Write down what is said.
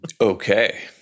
Okay